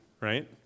right